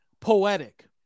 poetic